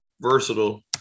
versatile